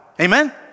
amen